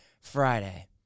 Friday